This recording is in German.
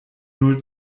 null